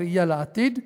בראייה לעתיד,